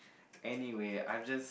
anyway I've just